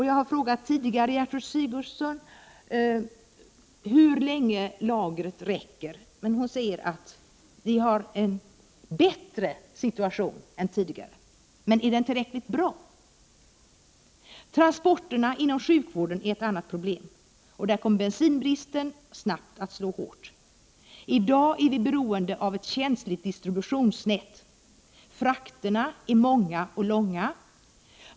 Jag har tidigare frågat Gertrud Sigurdsen hur länge lagren räcker, och hon säger att vi har en bättre situation än tidigare. Men är den tillräckligt bra? Transporterna inom sjukvården är ett annat problem. Där kommer bensinbristen att snabbt slå hårt. I dag är vi beroende av ett känsligt distributionsnät. Frakterna är många och långa.